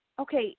okay